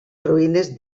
ruïnes